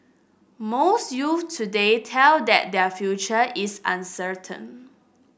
most youths today tell that their future is uncertain